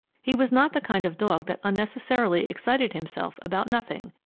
he was not the kind of dog that unnecessarily excited himself about nothing.